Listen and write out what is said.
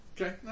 Okay